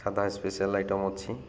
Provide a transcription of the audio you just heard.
ସାଧା special item ଅଛି